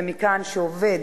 ומכאן שעובד